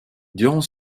durant